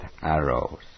arrows